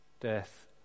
death